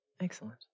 Excellent